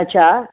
अच्छा